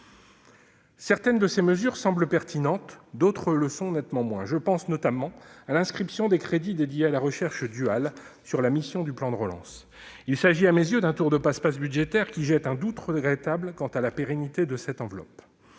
Certaines de ces mesures semblent pertinentes, d'autres le sont nettement moins. Je pense notamment à l'inscription des crédits dédiés à la recherche duale sur la mission « Plan de relance ». Il s'agit à mes yeux d'un tour de passe-passe budgétaire, qui jette un doute regrettable quant à la pérennité de cette enveloppe.